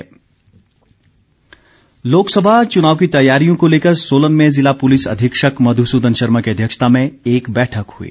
Solan police Lok Sabha चुनाव की तैयारियों को लेकर सोलन में ज़िला पुलिस अधीक्षक मधुसूदन शर्मा की अध्यक्षता में एक बैठक हुई